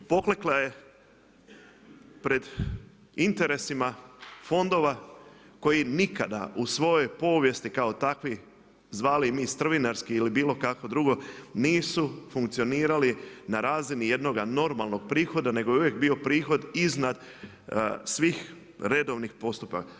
Poklekla je pred interesima fondova koji nikada u svojoj povijesti kao takvi zvali ih mi strvinarski ili bilo kako drugo nisu funkcionirali na razini jednoga normalnog prihoda nego je uvijek bio prihod iznad svih redovnih postupaka.